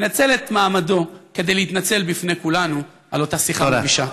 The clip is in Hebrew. ינצל את מעמדו כדי להתנצל בפני כולנו על אותה שיחה מבישה.